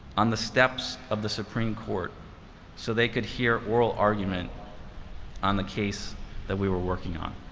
on the steps of the supreme court so they could hear oral argument on the case that we were working on.